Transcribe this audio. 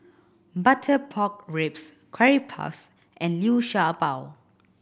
butter pork ribs curry puffs and Liu Sha Bao